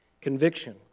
conviction